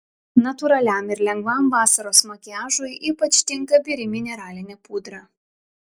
natūraliam ir lengvam vasaros makiažui ypač tinka biri mineralinė pudra